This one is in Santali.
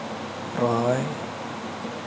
ᱨᱚᱦᱚᱭ